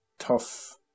tough